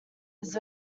his